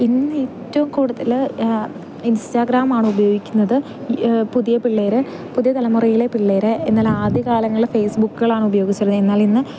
ഇന്ന് ഏറ്റവും കൂടുതൽ ഇൻസ്റ്റാഗ്രാമാണ് ഉപയോഗിക്കുന്നത് പുതിയ പിള്ളേർ പുതിയ തലമുറയിലെ പിള്ളേർ എന്നാലാദ്യ കാലങ്ങളിൽ ഫേസ്ബുക്കുകളാണ് ഉപയോഗിച്ചിരുന്നത് എന്നാലിന്ന്